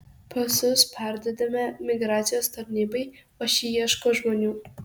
pasus perduodame migracijos tarnybai o ši ieško žmonių